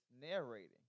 narrating